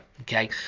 okay